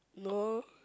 no